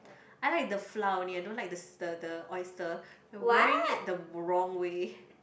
I like the flour only I don't like the st~ the the oyster you are wearing it the wrong way